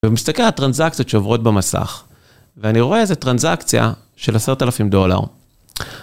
ואני מסתכל על טרנזקציות שעוברות במסך ואני רואה איזה טרנזקציה של עשרת אלפים דולר.